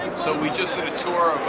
so we just did a tour of